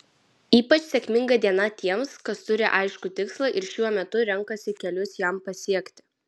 ypač sėkminga diena tiems kas turi aiškų tikslą ir šiuo metu renkasi kelius jam pasiekti